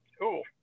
Cool